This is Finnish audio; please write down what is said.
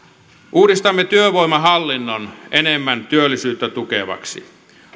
uudistamme työvoimahallinnon enemmän työllisyyttä tukevaksi